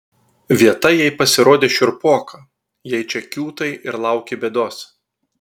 vieta jai pasirodė šiurpoka jei čia kiūtai ir lauki bėdos